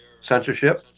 censorship